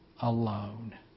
Alone